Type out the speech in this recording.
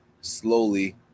slowly